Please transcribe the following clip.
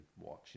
watch